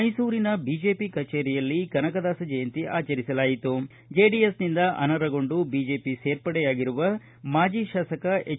ಮೈಸೂರಿನ ಬಿಜೆಪಿ ಕಚೇರಿಯಲ್ಲಿ ಕನಕದಾಸ ಜಯಂತಿ ಆಚರಿಸಲಾಯಿತು ಜೆಡಿಎಸ್ನಿಂದ ಅನರ್ಹಗೊಂಡು ಬಿಜೆಪಿ ಸೇರ್ಪಡೆಯಾಗಿರುವ ಮಾಜಿ ತಾಸಕ ಎಚ್